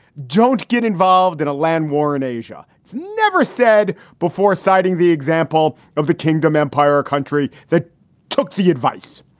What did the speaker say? don't get involved in a land war in asia. it's never said before, citing the example of the kingdom empire, a country that took the advice.